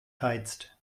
heizt